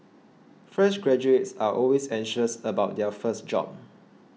fresh graduates are always anxious about their first job